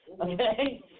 Okay